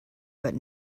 but